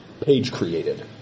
page-created